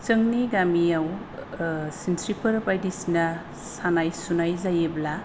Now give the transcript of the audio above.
जोंनि गामियाव सिनस्रिफोर बायदिसिना सानाय सुनाय जायोब्ला